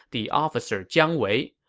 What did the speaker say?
the officer jiang wei,